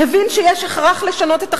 הבין שיש הכרח לשנות את החקיקה.